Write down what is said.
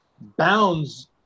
bounds